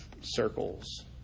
circles